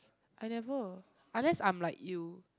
I never unless I'm like you